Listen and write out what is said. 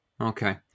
Okay